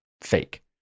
fake